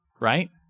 right